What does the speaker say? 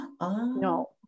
no